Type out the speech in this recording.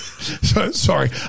Sorry